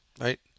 right